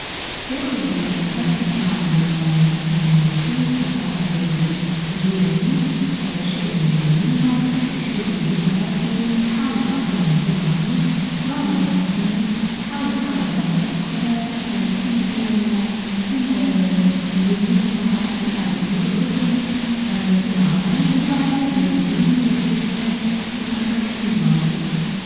تاخد الطرف بتاع ال-الخيط بتاع السدادري لولاني آآ الشارع اليمين وبعديكا الشارع اليسار وتحاول تعقدهم في بعضهم بعد ما تعقدهم تحاول تعمل عقدة أخرى آآ كيما آآ كيما آآ الودنين بتاع الأرنب وتربطهم اه في بعضهم وبعد تنزل منيح بيش ما يتنحاش من بلاصتو.